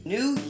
New